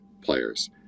players